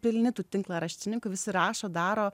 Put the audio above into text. pilni tų tinklaraštininkų visi rašo daro